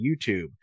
YouTube